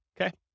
Okay